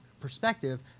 perspective